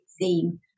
theme